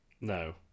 No